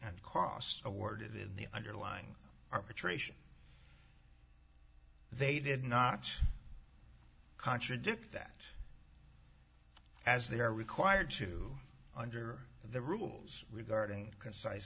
and costs awarded in the underlying arbitration they did not contradict that as they are required to under the rules regarding concise